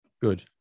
Good